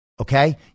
Okay